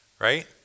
right